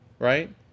Right